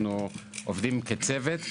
אנחנו עובדים כצוות.